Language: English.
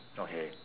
okay